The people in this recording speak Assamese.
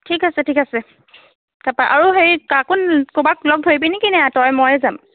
ঠিক আছে ঠিক আছে তাৰপৰা আৰু সেই কাকোন কৰোবাক লগ ধৰিবি নে কি নে তই ময়েই যাম